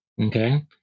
Okay